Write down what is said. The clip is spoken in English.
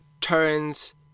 turns